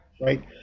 right